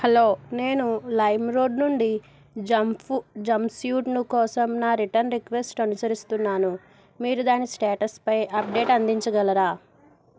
hello నేను LimeRoad నుండి jump jumpsuit కోసం నా రిటర్న్ రిక్వెస్ట్ అనుసరిస్తున్నాను మీరు దాని స్టేటస్పై అప్డేట్ అందించగలరా